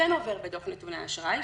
שכן עובר בדוח נתוני האשראי,